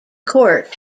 court